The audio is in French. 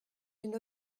une